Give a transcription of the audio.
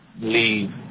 leave